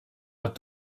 but